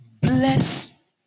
Bless